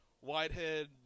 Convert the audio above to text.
whitehead